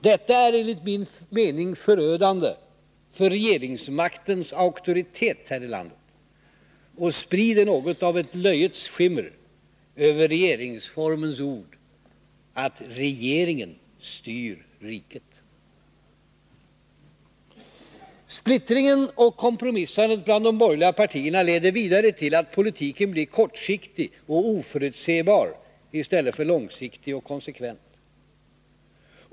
Det är enligt min mening förödande för regeringsmaktens auktoritet här i landet och sprider något av ett löjets skimmer över regeringsformens ord att regeringen styr riket. Splittringen och kompromissandet bland de borgerliga partierna leder vidare till att politiken blir kortsiktig och oförutsebar i stället för långsiktig och konsekvent.